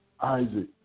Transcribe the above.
Isaac